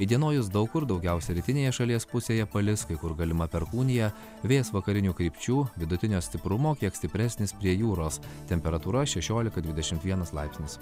įdienojus daug kur daugiausiai rytinėje šalies pusėje palis kai kur galima perkūnija vėjas vakarinių krypčių vidutinio stiprumo kiek stipresnis prie jūros temperatūra šešiolika dvidešimt vienas laipsnis